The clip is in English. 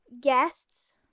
guests